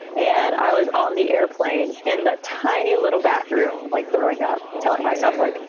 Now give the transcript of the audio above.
and i was on the airplane in that tiny little bathroom, like throwing up, telling myself like, and